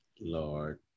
Lord